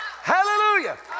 hallelujah